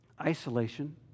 Isolation